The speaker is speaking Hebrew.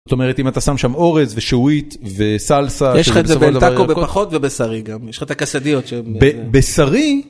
זאת אומרת אם אתה שם שם אורז ושעועית וסלסה. יש לך את זה בין טאקו בפחות ובשרי גם, יש לך את הקסדיות שם. בשרי.